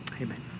Amen